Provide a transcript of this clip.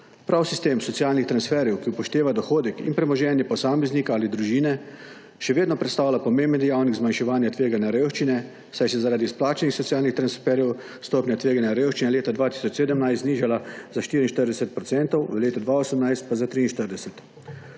Prav sistem socialnih transferjev, ki upošteva dohodek in premoženje posameznika ali družine, še vedno predstavlja pomemben dejavnik zmanjševanja tveganja revščine, saj se zaradi izplačanih socialnih transferjev stopnja tveganja revščine leta 2017 znižala za 44 %, v letu 2018 pa za 43.